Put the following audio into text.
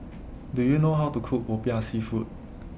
Do YOU know How to Cook Popiah Seafood